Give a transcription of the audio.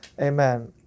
Amen